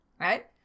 right